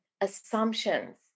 assumptions